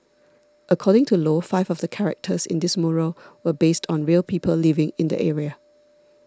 according to Low five of the characters in this mural were based on real people living in the area